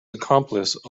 accomplice